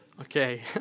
Okay